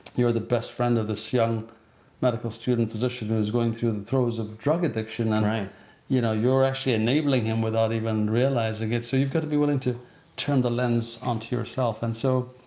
you're the best friend of this young medical student physician who is going through the throes of drug addiction, and you know you're actually enabling him without even realizing it. so you've got to be willing to turn the lens onto yourself. and so,